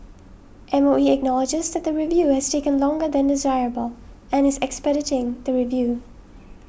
M O E acknowledges that the review has taken longer than desirable and is expediting the review